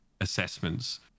Assessments